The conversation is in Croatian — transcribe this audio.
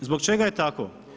Zbog čega je tako?